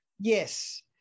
Yes